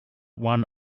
one